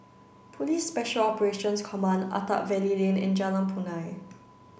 Police Special Operations Command Attap Valley Lane and Jalan Punai